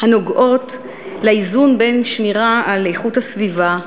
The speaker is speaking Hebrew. הנוגעות לאיזון בין שמירה על איכות הסביבה,